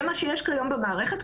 זה מה שיש כיום במערכת.